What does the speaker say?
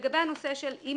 לגבי הנושא של אם